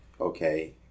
okay